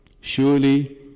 Surely